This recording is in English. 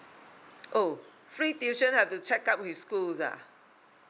oh free tuition have to check up with schools ah